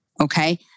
okay